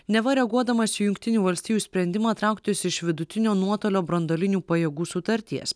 neva reaguodamas į jungtinių valstijų sprendimą trauktis iš vidutinio nuotolio branduolinių pajėgų sutarties